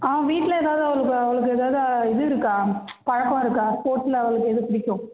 ஆ வீட்டில் ஏதாவது அவளுக்கு அவளுக்கு ஏதாவது இது இருக்கா பழக்கம் இருக்கா ஸ்போர்ட்ஸில் அவளுக்கு எது பிடிக்கும்